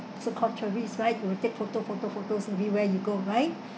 so called tourist right we will take photo photo photos everywhere you go right